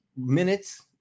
minutes